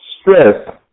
stress